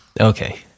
Okay